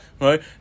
right